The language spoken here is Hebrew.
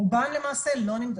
רובן למעשה לא נמדדות.